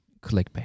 clickbait